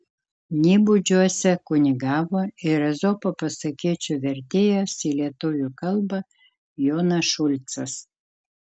nybudžiuose kunigavo ir ezopo pasakėčių vertėjas į lietuvių kalbą jonas šulcas